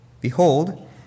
Behold